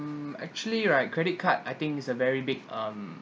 actually right credit card I think is a very big um